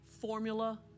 formula